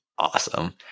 Awesome